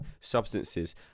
substances